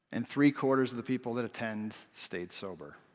and three-quarters of the people that attend stayed sober.